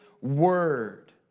word